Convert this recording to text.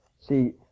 See